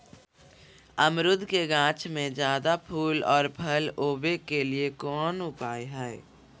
अमरूद के गाछ में ज्यादा फुल और फल आबे के लिए कौन उपाय है?